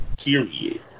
Period